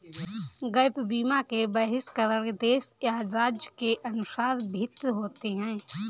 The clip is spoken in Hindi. गैप बीमा के बहिष्करण देश या राज्य के अनुसार भिन्न होते हैं